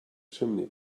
chimney